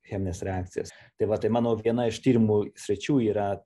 chemines reakcijas tai va tai mano viena iš tyrimų sričių yra